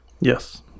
yes